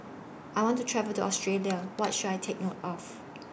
I want to travel to Australia What should I Take note of